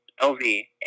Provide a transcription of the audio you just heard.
L-V